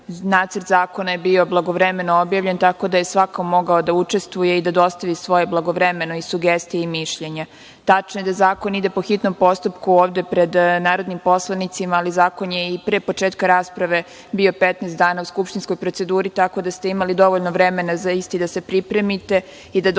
Nacrt zakona je bio blagovremeno objavljen, tako da je svako mogao da učestvuje i da dostavi svoje blagovremeno, i sugestije i mišljenja. Tačno je da zakon ide po hitnom postupku ovde pred narodnim poslanicima, ali zakon je i pre početka rasprave bio 15 dana u skupštinskoj proceduri, tako da ste imali dovoljno vremena za isti da se pripremite i da dostavite